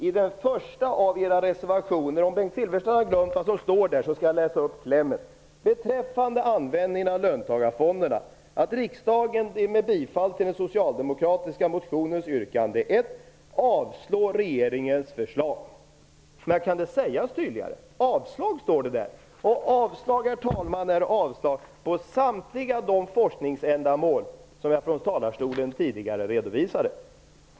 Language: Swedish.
I den första av era reservationer står det i klämmen beträffande löntagarfonderna att ni vill att riksdagen med bifall till den socialdemokratiska motionens yrkande 1 avslår regeringens förslag. Kan det sägas tydligare? Ni föreslår avslag på samtliga de forskningsändamål som jag tidigare redovisade från talarstolen.